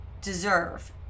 deserve